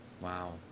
wow